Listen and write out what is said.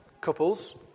couples